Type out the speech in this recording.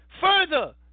further